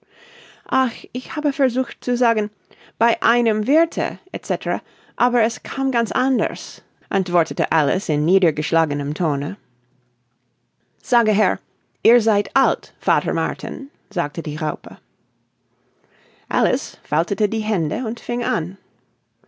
ach ich habe versucht zu sagen bei einem wirthe c aber es kam ganz anders antwortete alice in niedergeschlagenem tone sage her ihr seid alt vater martin sagte die raupe alice faltete die hände und fing an